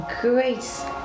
grace